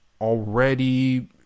already